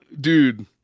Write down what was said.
dude